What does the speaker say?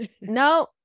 No